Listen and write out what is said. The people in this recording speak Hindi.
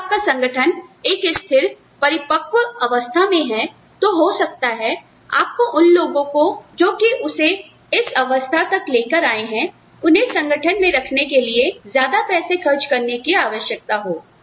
जब आपका संगठन एक स्थिर परिपक्व अवस्था में है तो हो सकता है आपको उन लोगों को जो कि उसे इस अवस्था तक लेकर आए हैं उन्हें संगठन में रखने के लिए ज्यादा पैसे खर्च करने की आवश्यकता हो